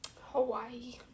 Hawaii